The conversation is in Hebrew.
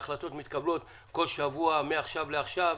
גם אנחנו ידענו שההחלטות מתקבלות מעכשיו לעכשיו.